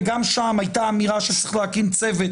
וגם שם הייתה אמירה שצריך להקים צוות